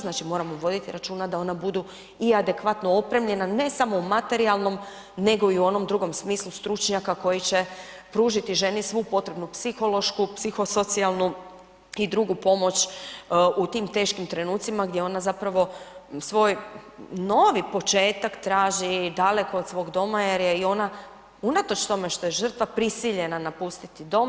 Znači moramo voditi računa da ona budu i adekvatno opremljena, ne samo u materijalnom nego i u onom drugom smislu stručnjaka koji će pružiti ženi svu potrebnu psihološku, psihosocijalnu i drugu pomoć u tim teškim trenucima gdje ona zapravo svoj novi početak traži daleko od svog doma jer je i ona unatoč tome što je žrtva prisiljena napustiti dom.